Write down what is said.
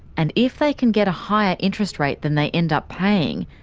and if they can get a higher interest rate than they end up paying,